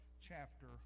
chapter